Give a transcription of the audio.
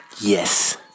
Yes